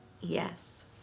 Yes